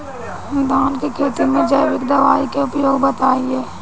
धान के खेती में जैविक दवाई के उपयोग बताइए?